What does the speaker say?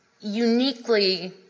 uniquely